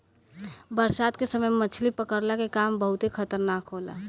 बरसात के समय मछली पकड़ला के काम बहुते खतरनाक होला